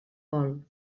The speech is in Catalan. vol